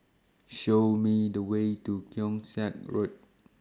Show Me The Way to Keong Saik Road